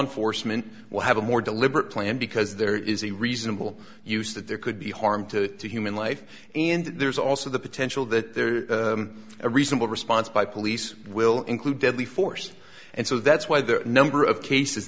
enforcement will have a more deliberate plan because there is a reasonable use that there could be harm to human life and there's also the potential that there is a reasonable response by police will include deadly force and so that's why the number of cases